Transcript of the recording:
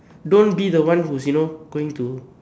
don't be the one who's you know going to